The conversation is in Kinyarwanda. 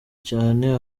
cyane